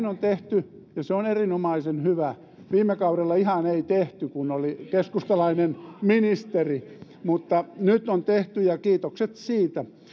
on tehty ja se on erinomaisen hyvä viime kaudella ei ihan tehty kun oli keskustalainen ministeri mutta nyt on tehty ja kiitokset siitä